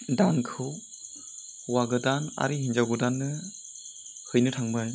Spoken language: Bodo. दानखौ हौवा गोदान आरो हिनजाव गोदाननो हैनो थांबाय